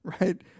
right